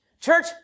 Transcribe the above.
Church